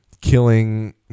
killing